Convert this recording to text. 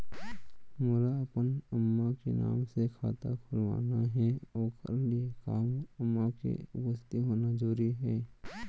मोला अपन अम्मा के नाम से खाता खोलवाना हे ओखर लिए का मोर अम्मा के उपस्थित होना जरूरी हे?